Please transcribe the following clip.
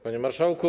Panie Marszałku!